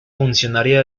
funcionaria